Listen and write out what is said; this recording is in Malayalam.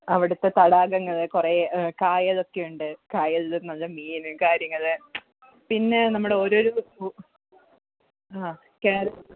അവിടത്തെ തടാകങ്ങൾ കുറെ കായലൊക്കെയുണ്ട് കായലിൽ നല്ല മീൻ കാര്യങ്ങൾ പിന്നെ നമ്മുടെ ഓരോരോ ആ കേര്